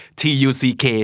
tuck